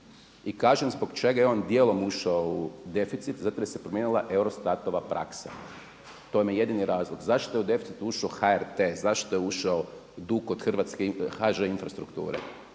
i kažem zbog čega je on dijelom ušao u deficit, zato jer se promijenila Eurostat-ova praksa. To vam je jedini razlog. Zašto je u deficit ušao HRT, zašto je ušao dug od HŽ Infrastrukture?